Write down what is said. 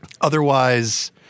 Otherwise